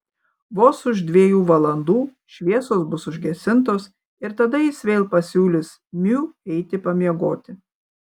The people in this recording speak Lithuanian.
vos už dviejų valandų šviesos bus užgesintos ir tada jis vėl pasiūlys miu eiti pamiegoti